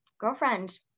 girlfriend